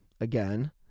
again